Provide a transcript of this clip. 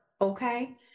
okay